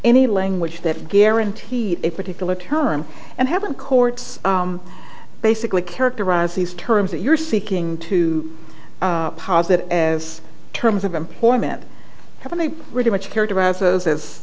any language that guarantee a particular term and haven't courts basically characterize these terms that you're seeking to posit as terms of employment haven't they really much characterize